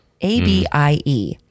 A-B-I-E